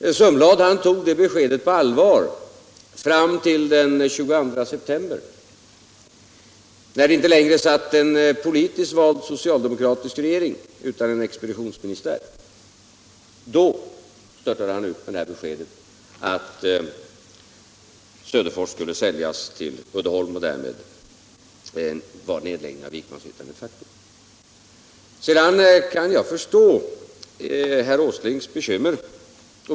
Direktör Sundblad tog det beskedet på allvar — fram till den 22 september. När det inte längre satt en politiskt vald socialdemokratisk regering, utan en expeditionsministär, då störtade han ut med beskedet att Söderfors skulle säljas till Uddeholm — och därmed var nedläggningen av Vikmanshyttan ett faktum. Jag kan förstå herr Åslings bekymmer.